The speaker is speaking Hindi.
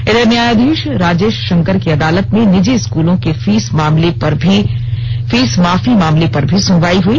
इधर न्यायाधीश राजेश शंकर की अदालत में निजी स्कूलों के फीस माफी मामले पर भी सुनवाई हुई